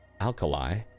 Alkali